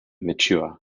mature